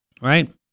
Right